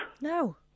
No